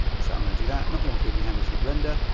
so i'm going to do that. not gonna include any handles hit render,